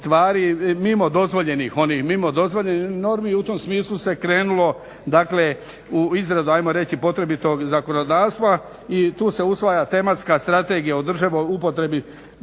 mimo dozvoljenih normi i u tom smislu se krenulo dakle u izradu ajmo reći potrebitog zakonodavstva i tu se usvaja tematska strategija … o upotrebi